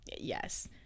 yes